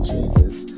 Jesus